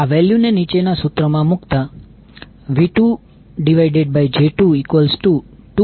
આ વેલ્યુ ને નીચેના સૂત્ર માં મૂકતા V2j22V1 j2